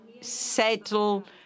settle